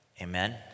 amen